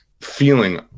feeling